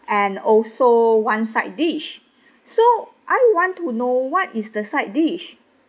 and also one side dish so I want to know what is the side dish